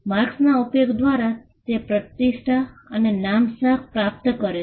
માર્કસના ઉપયોગ દ્વારા તે પ્રતિષ્ઠા અને નામશાખ પ્રાપ્ત કરે છે